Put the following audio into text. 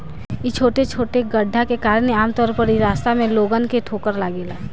इ छोटे छोटे गड्ढे के कारण ही आमतौर पर इ रास्ता में लोगन के ठोकर लागेला